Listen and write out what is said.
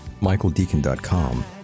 michaeldeacon.com